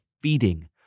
feeding